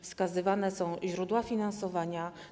Wskazywane są źródła finansowania.